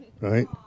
Right